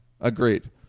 Agreed